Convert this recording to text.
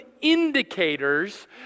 indicators